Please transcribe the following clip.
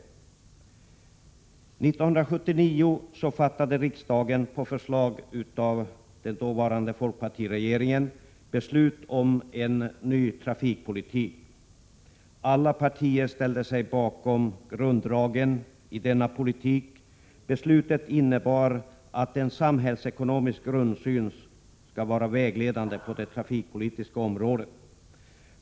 1979 fattade riksdagen, på förslag av den dåvarande folkpartiregeringen, beslut om en ny trafikpolitik. Alla partier ställde sig bakom grunddragen i denna politik. Beslutet innebar att en samhällsekonomisk grundsyn skall vara vägledande på det trafikpolitiska området.